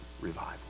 revival